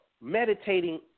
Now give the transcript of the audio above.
meditating